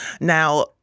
Now